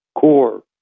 core